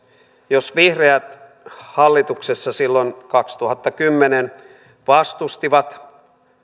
jos vihreät hallituksessa silloin kaksituhattakymmenen vastustivat